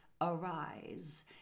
arise